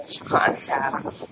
contact